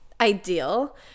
ideal